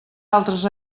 altres